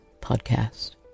podcast